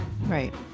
right